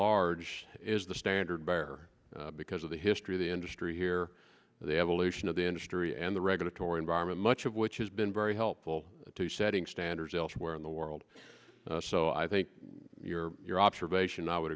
large is the standard bearer because of the history of the industry here they have aleutian of the industry and the regulatory environment much of which has been very helpful to setting standards elsewhere in the world so i think your your observation i would